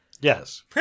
Yes